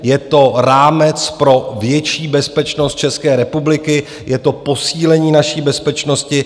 Je to rámec pro větší bezpečnost České republiky, je to posílení naší bezpečnosti.